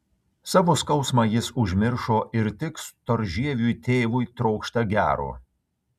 savo skausmą jis užmiršo ir tik storžieviui tėvui trokšta gero